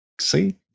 See